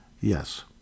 Yes